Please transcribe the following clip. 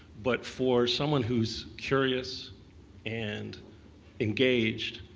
but for someone who's curious and engaged,